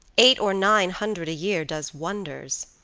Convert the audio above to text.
eight or nine hundred a year does wonders.